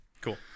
Cool